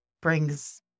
brings